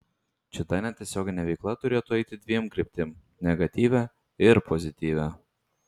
šita netiesioginė veikla turėtų eiti dviem kryptim negatyvia ir pozityvia